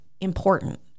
Important